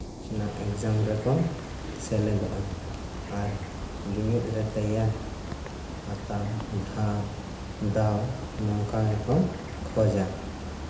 ᱚᱱᱟ ᱮᱹᱠᱡᱟᱢ ᱨᱮᱠᱚ ᱥᱮᱞᱮᱫᱚᱜᱼᱟ ᱟᱨ ᱵᱤᱱᱤᱰ ᱨᱮ ᱛᱮᱭᱟᱨ ᱦᱟᱛᱟᱣ ᱫᱷᱟᱯ ᱱᱚᱝᱠᱟ ᱜᱮᱠᱚ ᱠᱷᱚᱡᱼᱟ